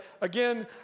again